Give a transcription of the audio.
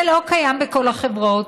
זה לא קיים בכל החברות,